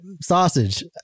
sausage